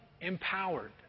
empowered